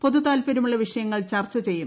പൊതു താല്പര്യമുള്ള വിഷയങ്ങൾ ചർച്ച ചെയ്യും